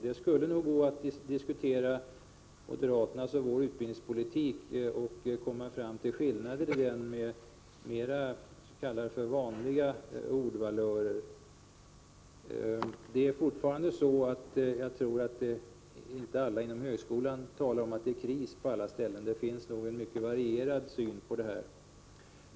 Det skulle nog gå att diskutera moderaternas och vår utbildningspolitik med mera ”vanliga” ordvalörer och komma fram till skillnader. Jag tror inte att alla inom högskolan talar om kris på alla ställen. Det finns nog en mycket varierad syn på detta.